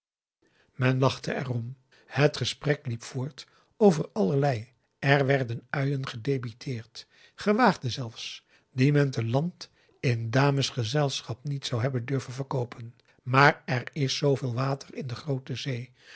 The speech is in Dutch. men lachte er om het gesprek liep voort over allerlei er werden uien gedebiteerd gewaagde zelfs die men te land in damesgezelschap niet zou hebben durven verkoopen maar er is zooveel water in de groote zee